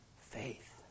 faith